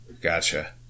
Gotcha